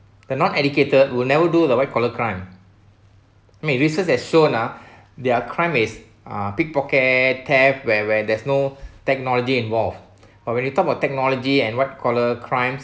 the not educated will never do the white collar crime I mean research has shown ah their crime is ah pickpocket theft where where there's no technology involved but when you talk about technology and white collar crimes